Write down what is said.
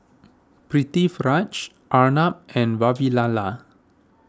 Pritiviraj Arnab and Vavilala